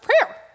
prayer